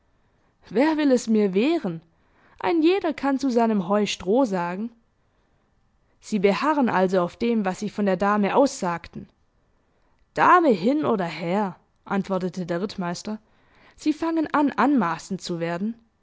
wer will es mir wehren ein jeder kann zu seinem heu stroh sagen sie beharren also auf dem was sie von der dame aussagten dame hin oder her antwortete der rittmeister sie fangen an anmaßend zu werden